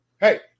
Hey